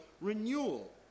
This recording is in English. renewal